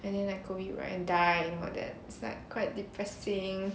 and then COVID right and die you know that it's like quite depressing